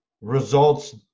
results